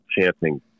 chanting